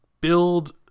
build